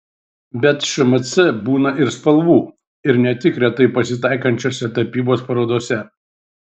bet šmc būna ir spalvų ir ne tik retai pasitaikančiose tapybos parodose